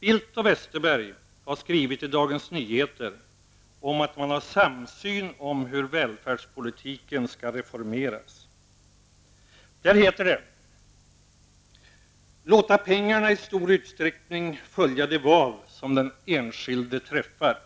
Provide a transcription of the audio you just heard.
Bildt och Westerberg har skrivit i Dagens Nyheter om att de har en samsyn när det gäller hur välfärdspolitiken skall reformeras. Där heter det att man skall låta pengarna i stor utsträckning följa de val som den enskilde träffar.